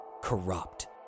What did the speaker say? corrupt